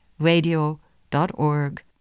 Radio.org